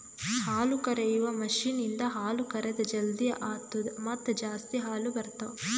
ಹಾಲುಕರೆಯುವ ಮಷೀನ್ ಇಂದ ಹಾಲು ಕರೆದ್ ಜಲ್ದಿ ಆತ್ತುದ ಮತ್ತ ಜಾಸ್ತಿ ಹಾಲು ಬರ್ತಾವ